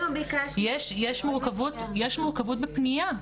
יש מורכבות בפניה,